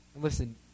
Listen